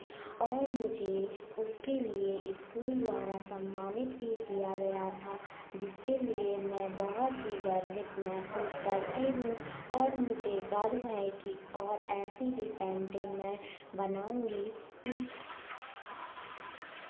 और मुझे उसके लिए ईस्कूल द्वारा सम्मानित भी किया गया था जिसके लिए में बहोत ही गर्वित महसूस करती हूँ और मुझे गार्व है की और ऐसी ही पेंटिंग मैं बनाऊँगी